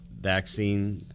vaccine